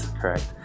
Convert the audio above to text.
correct